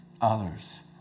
others